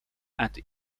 and